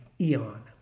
eon